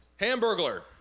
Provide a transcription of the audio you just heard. Hamburglar